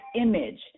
image